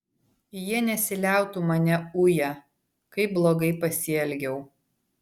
jie nesiliautų mane uję kaip blogai pasielgiau